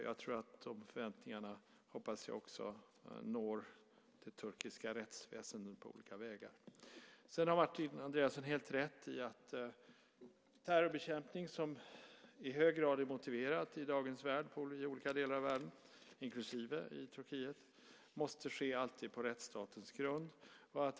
Jag hoppas att de förväntningarna också når det turkiska rättsväsendet på olika vägar. Sedan har Martin Andreasson helt rätt i att terrorbekämpning, som i hög grad är motiverad i olika delar av dagens värld, inklusive i Turkiet, alltid måste ske på rättsstatens grund.